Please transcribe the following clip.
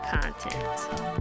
content